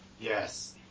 Yes